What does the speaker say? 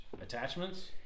Attachments